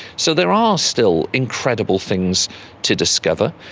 so there are still incredible things to discover.